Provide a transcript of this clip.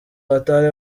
batari